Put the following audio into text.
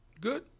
good